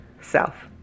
self